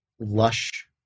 lush